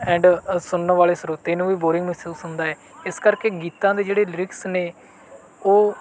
and ਸੁਣਨ ਵਾਲੇ ਸਰੋਤੇ ਨੂੰ ਵੀ ਬੋਰਿੰਗ ਮਹਿਸੂਸ ਹੁੰਦਾ ਹੈ ਇਸ ਕਰਕੇ ਗੀਤਾਂ ਦੇ ਜਿਹੜੇ ਲਿਰਿਕਸ ਨੇ ਉਹ